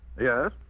Yes